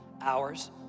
hours